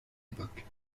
époque